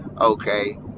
okay